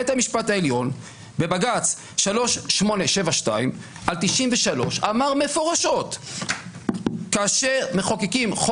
בית משפט עליון בבג"ץ 3872/93 אמר מפורשות שכאשר מחוקקים או